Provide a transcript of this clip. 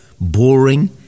boring